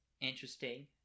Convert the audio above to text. interesting